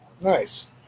Nice